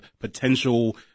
potential